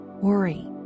worry